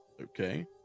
Okay